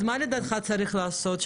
אז מה לדעתך צריך לעשות?